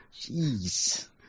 Jeez